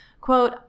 quote